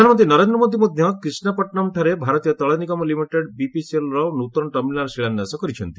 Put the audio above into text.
ପ୍ରଧାନମନ୍ତ୍ରୀ ନରେନ୍ଦ୍ର ମୋଦି ମଧ୍ୟ କ୍ରିଷ୍ଣାପଟ୍ଟନମ୍ଠାରେ ଭାରତୀୟ ତୈଳ ନିଗମ ଲିମିଟେଡ୍ ବିପିସିଏଲ୍ର ନୂତନ ଟର୍ମିନାଲ୍ର ଶିଳାନ୍ୟାସ କରିଛନ୍ତି